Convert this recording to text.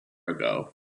ago